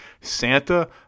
Santa